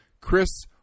Chris